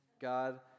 God